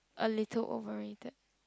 a little overrated